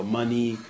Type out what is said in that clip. money